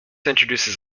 introduces